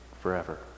forever